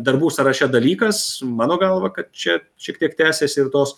darbų sąraše dalykas mano galva kad čia šiek tiek tęsiasi ir tos